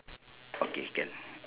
okay can